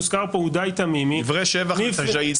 הוזכר פה עודאי תמימי --- דברי שבח לשאהידים.